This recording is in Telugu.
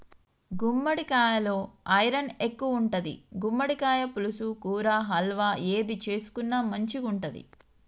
గుమ్మడికాలలో ఐరన్ ఎక్కువుంటది, గుమ్మడికాయ పులుసు, కూర, హల్వా ఏది చేసుకున్న మంచిగుంటది